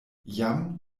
jam